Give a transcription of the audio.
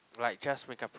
like just make up products